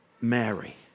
Mary